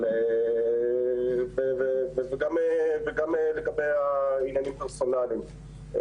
וגם לגבי עניינים פרסונליים.